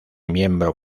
miembro